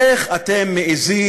איך אתם מעזים